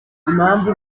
imvu